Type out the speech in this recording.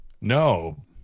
No